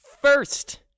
First